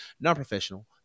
non-professional